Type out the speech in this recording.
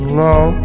low